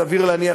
סביר להניח,